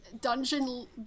dungeon